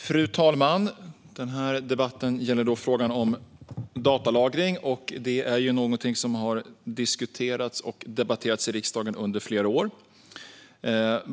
Fru talman! Debatten gäller frågan om datalagring. Det är någonting som har diskuterats och debatterats i riksdagen under flera år.